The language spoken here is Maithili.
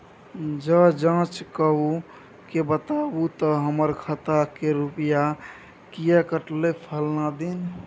ज जॉंच कअ के बताबू त हमर खाता से रुपिया किये कटले फलना दिन?